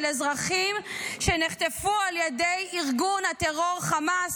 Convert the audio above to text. אזרחים שנחטפו על ידי ארגון הטרור חמאס,